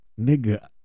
Nigga